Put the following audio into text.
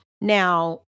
Now